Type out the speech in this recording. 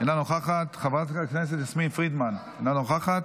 אינה נוכחת, חברת הכנסת יסמין פרידמן, אינה נוכחת.